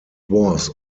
was